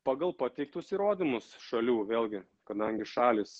pagal pateiktus įrodymus šalių vėlgi kadangi šalys